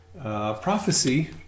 prophecy